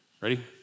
Ready